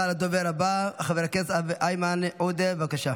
הכרה בנפגעי נפש ממעגל שני.